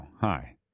hi